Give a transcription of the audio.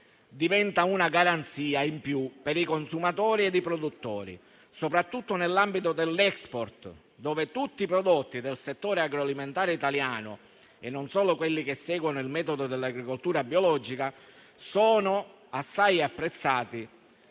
diventa una garanzia in più per i consumatori e i produttori, soprattutto nell'ambito dell'*export*, dove tutti i prodotti del settore agroalimentare italiano, non solo quelli che seguono il metodo dell'agricoltura biologica, sono assai apprezzati